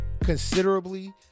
considerably